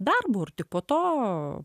darbu ir tik po to